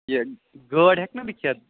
یہِ گٲڈ ہیٚکہٕ نا بہٕ کھیٚتھ